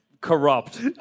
Corrupt